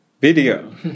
video